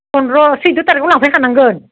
पन्द्र' सैद' तारिकाव लांफैखानांगोन